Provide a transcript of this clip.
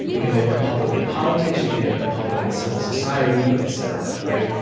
you can make them public in politics, you can make them public in civil society, et cetera. right?